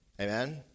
Amen